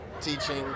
teaching